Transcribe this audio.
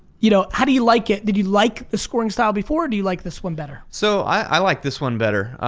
you know how do you like it? did you like the scoring style before, do you like this one better? so, i like this one better.